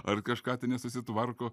ar kažką tai nesusitvarko